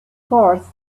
course